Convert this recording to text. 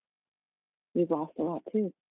you've lost a lot too.